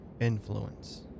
influence